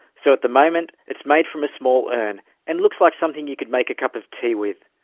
so at the moment it's made from a small urn and looks like something you could make a cup of tea with.